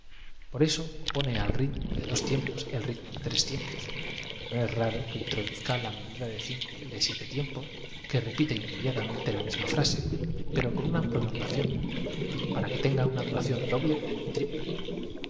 por eso opone al ritmo de dos tiempos el ritmo de tres tiempos no es raro que introduzca la medida de cinco y de siete tiemposj que repita inmediatamente la misma frase pero con una prolongación para que tenga una duración doble y triple